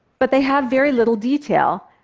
but they have very little detail,